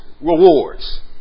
rewards